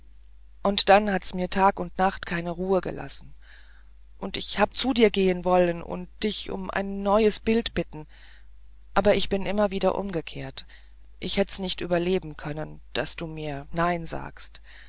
und dann hat's mir tag und nacht keine ruh gelassen und ich hab zu dir gehen wollen und dich um ein neues bild bitten aber ich bin immer wieder umgekehrt ich hätt's nicht überleben können daß du mir nein sagst